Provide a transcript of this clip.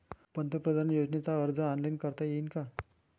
पंतप्रधान योजनेचा अर्ज ऑनलाईन करता येईन का?